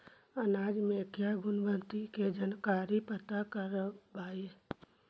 अनाज मे क्या गुणवत्ता के जानकारी पता करबाय?